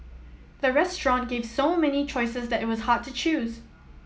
the restaurant gave so many choices that it was hard to choose